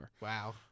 Wow